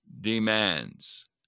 demands